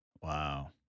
wow